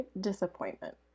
disappointment